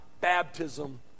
baptism